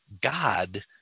God